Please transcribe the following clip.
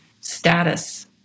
status